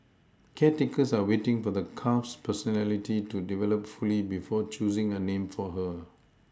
caretakers are waiting for the calf's personality to develop fully before choosing a name for her